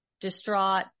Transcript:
distraught